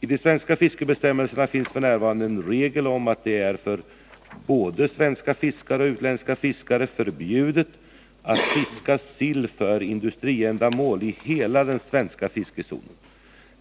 I de svenska fiskebestämmelserna finns f. n. en regel om att det för både svenska fiskare och utländska fiskare är förbjudet att fiska sill för industriändamåli hela den svenska fiskezonen.